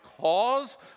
cause